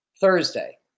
Thursday